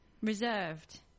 reserved